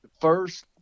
first